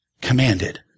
commanded